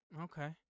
Okay